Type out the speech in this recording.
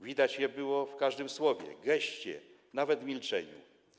Widać je było w każdym słowie, geście, nawet milczeniu.